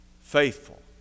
faithful